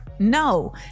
No